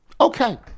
Okay